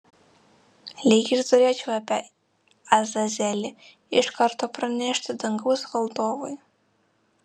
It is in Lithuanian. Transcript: lyg ir turėčiau apie azazelį iš karto pranešti dangaus valdovui